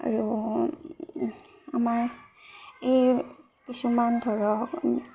আৰু আমাৰ এই কিছুমান ধৰক